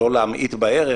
לא להמעיט בערך,